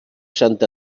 sant